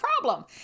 problem